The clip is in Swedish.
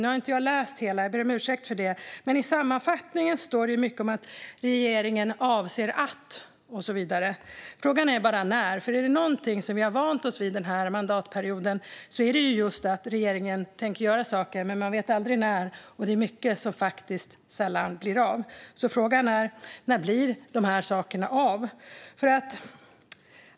Jag har inte läst hela den - jag ber om ursäkt för det - men i sammanfattningen står det mycket om att regeringen "avser att", och så vidare. Frågan är bara när, för är det någonting vi har vant oss vid under den här mandatperioden är det just att regeringen tänker göra saker men att man aldrig vet när. Det är också mycket som faktiskt inte blir av. Frågan är alltså: När blir de här sakerna av?